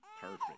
perfect